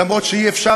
למרות שאי-אפשר,